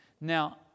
Now